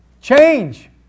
Change